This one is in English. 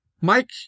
Mike